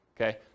Okay